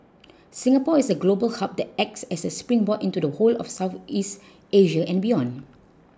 Singapore is a global hub that acts as a springboard into the whole of Southeast Asia and beyond